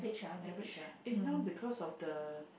average ah eh now because of the